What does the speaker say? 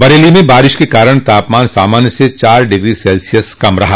बरेली में बारिश के कारण तापमान सामान्य से चार डिग्री सेल्सियस कम रहा